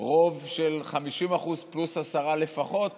רוב של 50% פלוס עשרה לפחות רבנים,